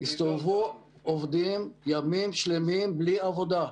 הסתובבו עובדים ימים שלמים בלי עבודה.